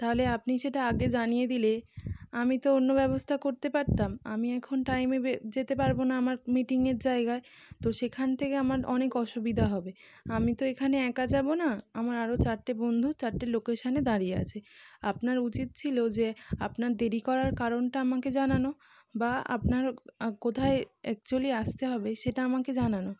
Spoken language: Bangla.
তাহলে আপনি সেটা আগে জানিয়ে দিলে আমি তো অন্য ব্যবস্থা করতে পারতাম আমি এখন টাইমে বে যেতে পারবো না আমার মিটিং এর জায়গায় তো সেখান থেকে আমার অনেক অসুবিধা হবে আমি তো এখানে একা যাবো না আমার আরও চারটে বন্ধু চারটে লোকেশানে দাঁড়িয়ে আছে আপনার উচিত ছিল যে আপনার দেরি করার কারণটা আমাকে জানানো বা আপনার কোথায় অ্যাকচুয়ালি আসতে হবে সেটা আমাকে জানানো